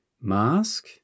Mask